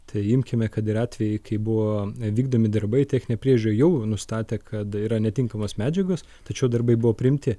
tai imkime kad ir atvejį kai buvo vykdomi darbai techninė priežiūra jau nustatė kad yra netinkamos medžiagos tačiau darbai buvo priimti